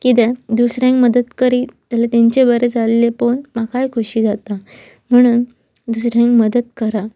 किद्याक दुसऱ्यांक मदत करीत जाल्यार तेंचे बरें जाल्लें पळोवन म्हाकाय खोशी जाता म्हणून दुसऱ्यांक मदत करा